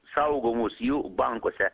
saugomus jų bankuose